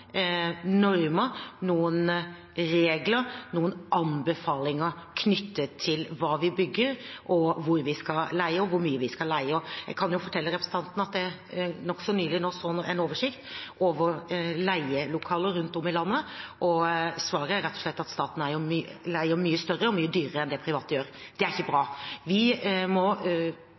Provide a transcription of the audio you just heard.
normer, noen regler, noen anbefalinger knyttet til hva vi bygger, hvor vi skal leie, og hvor mye vi skal leie. Jeg kan fortelle representanten at jeg nokså nylig så en oversikt over leielokaler rundt om i landet, og svaret er rett og slett at staten leier mye større og mye dyrere enn det private gjør. Det er ikke bra. Vi må